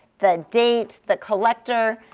the date, the collector,